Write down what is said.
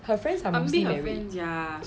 her friends are mostly married